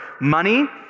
money